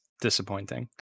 disappointing